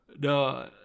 no